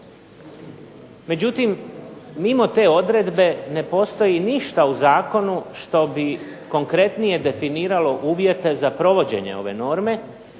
Međutim mimo te odredbe ne postoji ništa u zakonu što bi konkretnije definiralo uvjete za provođenje ove norme,